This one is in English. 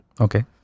Okay